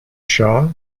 shah